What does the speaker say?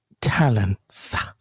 talents